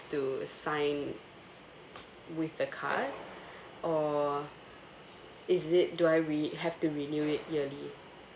to sign with the card or is it do I re~ have to renew it yearly